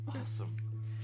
awesome